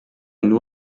nur